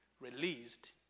released